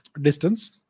distance